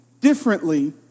differently